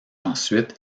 ensuite